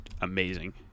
amazing